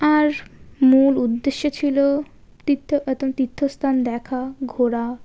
আর মূল উদ্দেশ্য ছিল তীর্থ এত তীর্থস্থান দেখা ঘোরা